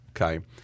okay